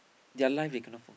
their life they cannot for